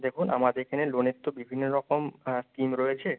দেখুন আমাদের এখানে লোনের তো বিভিন্ন রকম স্কিম রয়েছে